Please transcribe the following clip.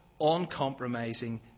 uncompromising